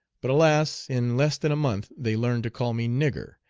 but alas! in less than a month they learned to call me nigger,